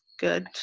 Good